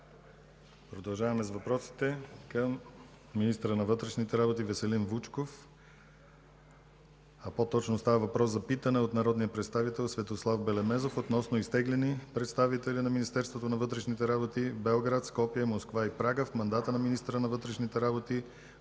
Продължаваме с питане към министъра на вътрешните работи Веселин Вучков от народния представител Светослав Белемезов относно изтеглени представители на Министерството на вътрешните работи в Белград, Скопие, Москва и Прага в мандата на министъра на вътрешните работи